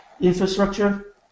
infrastructure